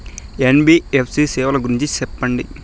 NBFC సేవల గురించి సెప్పండి?